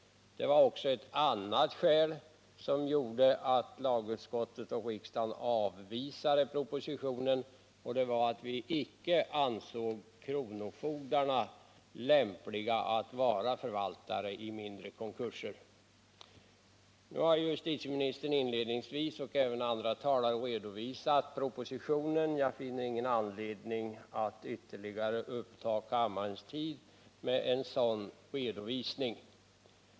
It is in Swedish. Det fanns också ett annat skäl till att lagutskottet och riksdagen avvisade propositionen, nämligen att vi icke ansåg kronofogdarna lämpliga att vara förvaltare vid mindre konkurser. Nu harjustitieministern inledningsvis och andra talare redovisat innehållet i propositionen, och jag finner ingen anledning att ytterligare uppta kammarledamöternas tid med en sådan redovisning.